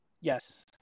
Yes